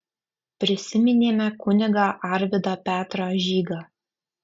prisiminėme kunigą arvydą petrą žygą